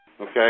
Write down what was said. Okay